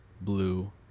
blue